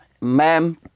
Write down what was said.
ma'am